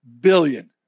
billion